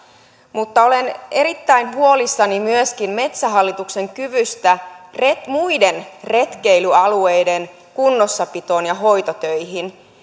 mutta olen erittäin huolissani myöskin metsähallituksen kyvystä muiden retkeilyalueiden kunnossapitoon ja hoitotöihin